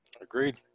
Agreed